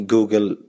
Google